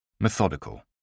Methodical